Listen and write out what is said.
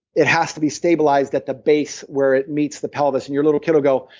it has to be stabilized at the base where it meets the pelvis. and your little kid will go,